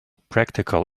practical